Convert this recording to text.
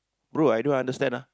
bro I don't understand ah